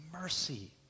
mercy